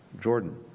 Jordan